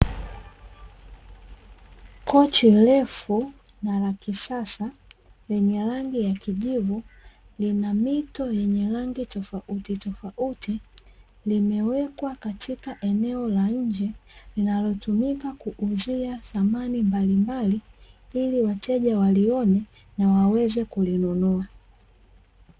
Kochi refu na la kisasa lenye rangi ya kijivu lina mito yenye rangi tofautitofauti, limewekwa katika eneo la nje linalotumika kuuzia samani mbalimbali, ili wateja walione na waweze kulinunua.